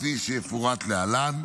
כפי שיפורט להלן.